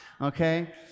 okay